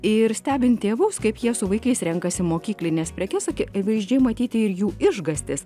ir stebint tėvus kaip jie su vaikais renkasi mokyklines prekes akivaizdžiai matyti ir jų išgąstis